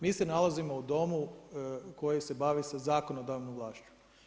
Mi se nalazimo u Domu koji se bavi sa zakonodavnom vlašću.